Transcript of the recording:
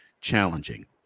challenging